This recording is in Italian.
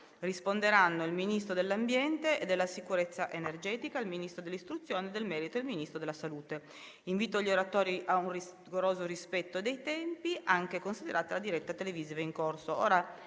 risponderanno il Ministro dell'ambiente e della sicurezza energetica, il Ministro dell'istruzione e del merito e il Ministro della salute. Invito gli oratori ad un rigoroso rispetto dei tempi, considerata la diretta televisiva in corso.